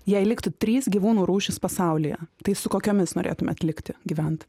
jei liktų trys gyvūnų rūšys pasaulyje tai su kokiomis norėtumėt likti gyvent